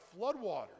floodwaters